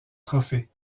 trophée